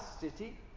city